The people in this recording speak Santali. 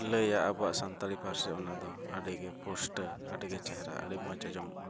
ᱞᱟᱹᱭᱟ ᱟᱵᱚᱣᱟᱜ ᱥᱟᱱᱛᱟᱲᱤ ᱯᱟᱹᱨᱥᱤ ᱚᱱᱟᱫᱚ ᱟᱹᱰᱤᱜᱮ ᱯᱩᱥᱴᱟᱹᱣ ᱟᱹᱰᱤᱜᱮ ᱪᱮᱦᱨᱟ ᱟᱹᱰᱤ ᱢᱚᱡᱽ ᱟᱸᱡᱚᱢᱚᱜᱼᱟ